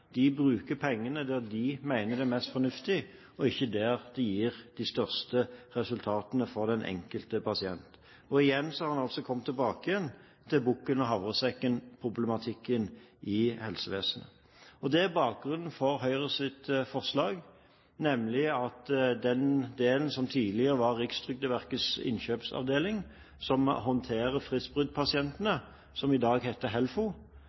De bruker pengene der de mener det er mest fornuftig, og ikke der de gir de største resultatene for den enkelte pasient. Igjen har en altså kommet tilbake til bukken og havresekken-problematikken i helsevesenet. Det er bakgrunnen for Høyres forslag, nemlig at den delen som tidligere var Rikstrygdeverkets innkjøpsavdeling, som håndterer fristbruddpasientene, og som i dag heter HELFO,